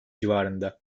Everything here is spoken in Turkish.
civarında